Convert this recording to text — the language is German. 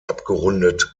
abgerundet